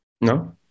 No